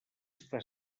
està